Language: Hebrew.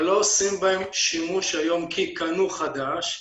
אבל לא עושים בהם שימוש היום כי קנו חדש,